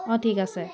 অ' ঠিক আছে